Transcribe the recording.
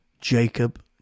Jacob